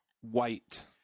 white